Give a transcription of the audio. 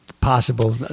possible